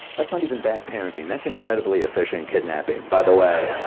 that's not even bad parenting. that's incredibly efficient kidnapping, by the way.